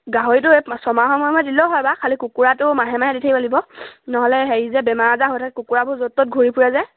গাহৰিটো এই ছমাহৰ মূৰে মূৰে দিলেও হয় বাৰু খালী কুকুৰাটো মাহে মাহে দি থাকিব লাগিব নহ'লে হেৰি যে বেমাৰ আজাৰ হৈ থাকে কুকুৰাবোৰ য'ত ত'ত ঘূৰি ফুৰে যে